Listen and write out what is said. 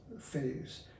phase